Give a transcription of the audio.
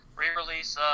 re-release